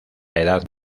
edad